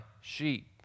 sheep